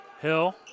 Hill